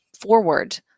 forward